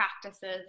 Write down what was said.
practices